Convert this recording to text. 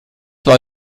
war